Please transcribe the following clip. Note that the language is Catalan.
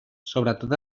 sobretot